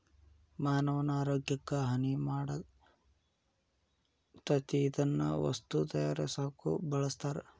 ಮಾನವನ ಆರೋಗ್ಯಕ್ಕ ಹಾನಿ ಮಾಡತತಿ ಇದನ್ನ ವಸ್ತು ತಯಾರಸಾಕು ಬಳಸ್ತಾರ